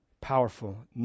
powerful